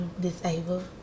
disabled